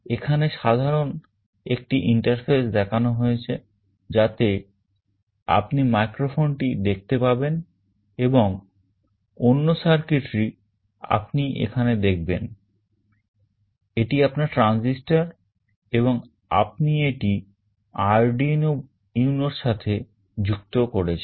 এখানে সাধারন একটি interface দেখান হয়েছে যাতে আপনি microphone টি দেখতে পাবেন এবং অন্য circuitry আপনি এখানে দেখবেন এটি আপনার transistor এবং আপনি এটি Arduino UNO এর সাথে যুক্ত করেছেন